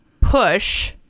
push